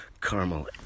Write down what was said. caramel